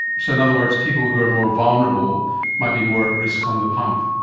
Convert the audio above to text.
so in other words, people who are more vulnerable might be more at risk on the pump.